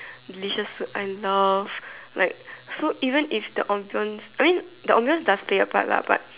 delicious food I love like so even if the ambience I mean the ambience does play a part lah but